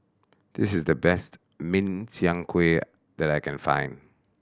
this is the best Min Chiang Kueh that I can find